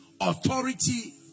Authority